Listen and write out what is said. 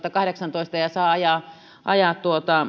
kahdeksantoista ja saa ajaa ajaa